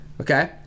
Okay